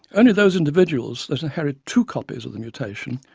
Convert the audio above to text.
only those individuals that inherit two copies of the mutation,